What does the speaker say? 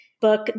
book